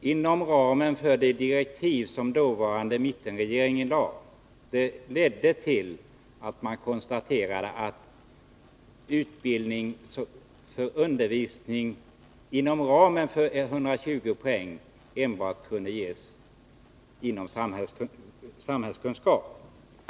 inom ramen för de direktiv som den dåvarande mittenregeringen meddelade ledde till att man konstaterade att utbildning och undervisning inom ramen för 120 poäng enbart kunde ges inom ämnet samhällskunskap.